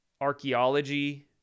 archaeology